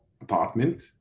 apartment